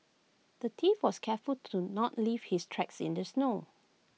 the thief was careful to not leave his tracks in the snow